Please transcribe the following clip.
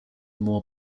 more